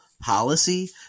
Policy